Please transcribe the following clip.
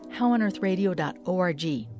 howonearthradio.org